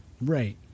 right